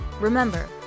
remember